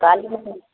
काली